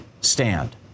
stand